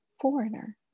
foreigner